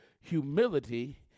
humility